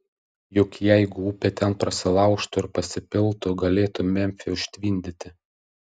juk jeigu upė ten prasilaužtų ir pasipiltų galėtų memfį užtvindyti